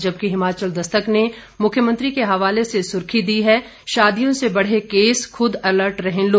जबकि हिमाचल दस्तक ने मुख्यमंत्री के हवाले से सुर्खी दी है शादियों से बढ़े केस खूद अलर्ट रहें लोग